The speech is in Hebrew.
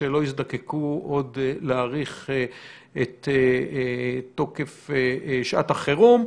אולי לאותו מצב שלא יזדקקו עוד להאריך את תוקף שעת החירום.